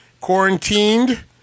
quarantined